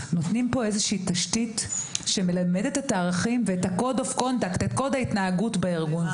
נותנים פה איזושהי תשתית שמלמדת את הערכים ואת קוד ההתנהגות בארגון.